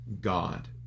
God